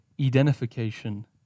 identification